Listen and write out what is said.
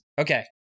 Okay